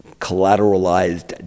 collateralized